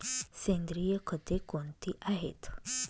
सेंद्रिय खते कोणती आहेत?